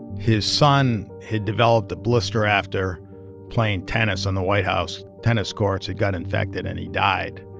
his son had developed a blister after playing tennis on the white house tennis courts. it got infected, and he died.